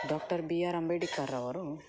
doctor B R ಅಂಬೇಡ್ಕರ್ರವರು